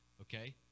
okay